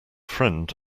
friend